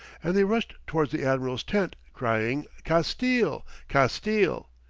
and they rushed towards the admiral's tent, crying, castille! castille!